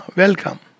welcome